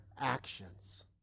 actions